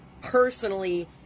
personally